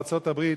בארצות-הברית,